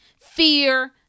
fear